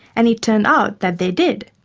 and it turned out that they did.